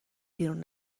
بیرون